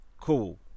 cool